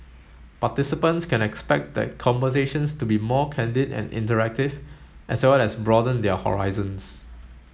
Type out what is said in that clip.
participants can expect the conversations to be more candid and interactive as well as broaden their horizons